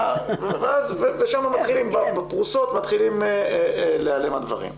ובפרוסות מתחילים להיעלם הדברים.